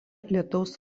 lietaus